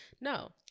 no